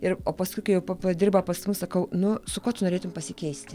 ir o paskui kai pa padirba pas mus sakau nu su kuo tu norėtum pasikeisti